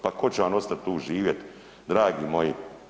Pa ko će vam ostat tu živjet dragi moji.